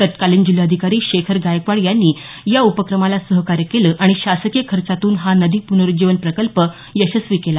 तत्कालीन जिल्हाधिकारी शेखर गायकवाड यांनी या उपक्रमाला सहकार्य केलं आणि शासकीय खर्चातून हा नदी पुनरुज्जीवन प्रकल्प यशस्वी केला